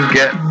get